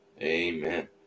Amen